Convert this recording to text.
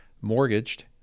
mortgaged